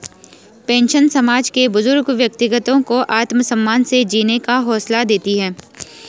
pension समाज के बुजुर्ग व्यक्तियों को आत्मसम्मान से जीने का हौसला देती है